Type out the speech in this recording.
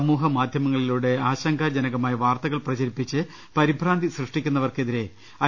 സമൂഹ മാധ്യമങ്ങളിലൂടെ ആശങ്കാജനകമായ വാർത്തകൾ പ്രചരിപ്പിച്ച് പരിഭ്രാന്തി സൃഷ്ടിക്കുന്നവർക്കെതിരെ ഐ